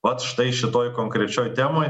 vat štai šitoj konkrečioj temoj